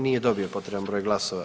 Nije dobio potreban broj glasova.